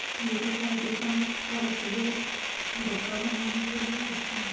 मेरी दादी बांस का उपयोग मुरब्बा बनाने के लिए करती हैं